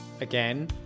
again